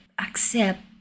accept